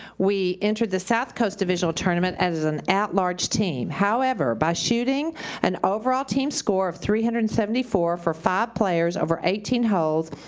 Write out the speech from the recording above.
we entered the south coast divisional tournament as an at-large team. however, by shooting an overall team score of three hundred and seventy four for five players over eighteen holes,